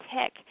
tick